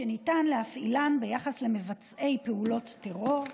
שניתן להפעילן ביחס למבצעי פעולות טרור,